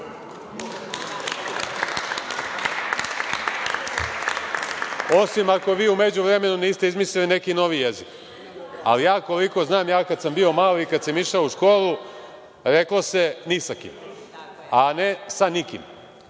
Osim ako u međuvremenu niste izmislili neki novi jezik, ali koliko znam, kada sam bio mali, kada sam išao u školu, govorilo se „ni sa kim“, a ne „sa nikim“,